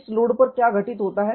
इस लोड पर क्या घटित होता है